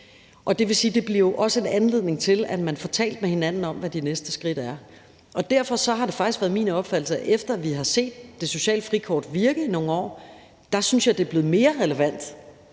Det vil sige, at det jo også bliver en anledning til, at man får talt med hinanden om, hvad de næste skridt er. Derfor har det faktisk været min opfattelse, efter vi har set det sociale frikort virke i nogle år, at det, fordi vi kan se, at